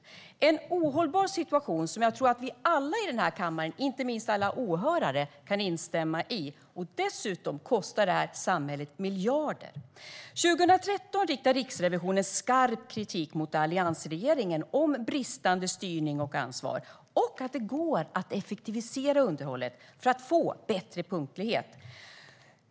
Det är en ohållbar situation, vilket jag tror att alla i den här kammaren - inte minst alla åhörare - kan instämma i. Dessutom kostar den samhället miljarder. År 2013 riktade Riksrevisionen skarp kritik mot alliansregeringen om bristande styrning och ansvar. Man sa att det går att effektivisera underhållet för att få bättre punktlighet.